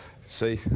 See